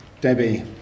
Debbie